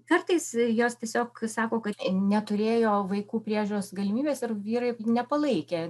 kartais jos tiesiog sako kad neturėjo vaikų priežiūros galimybės ir vyrai nepalaikė